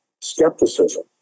skepticism